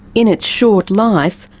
in its short life,